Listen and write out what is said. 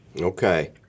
Okay